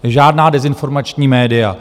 Žádná dezinformační média.